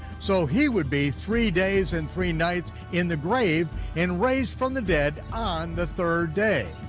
so he would be three days and three nights in the grave and raise from the dead on the third day.